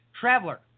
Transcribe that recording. Traveler